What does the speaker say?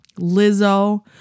Lizzo